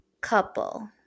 couple